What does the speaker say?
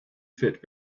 fit